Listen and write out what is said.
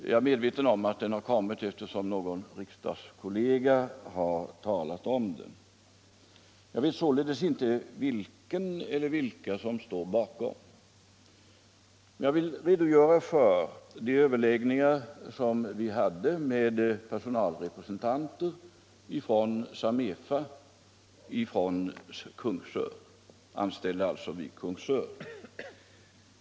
Jag är dock med veten om att den har kommit, eftersom någon riksdagskollega har talat om den. Jag vet således inte vilken eller vilka som står bakom den. Jag vill redogöra för de överläggningar vi hade med personalrepresentanter från Samefa i Kungsör.